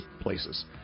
places